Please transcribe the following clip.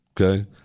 Okay